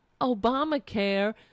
Obamacare